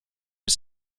his